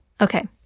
Okay